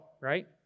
right